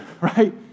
right